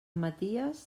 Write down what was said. maties